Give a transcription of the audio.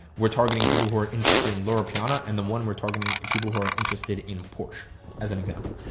we're targeting people who are interested in laura piano and the one we're targeting and people who are interested in a porsche as an example.